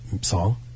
song